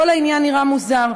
כל העניין נראה מוזר.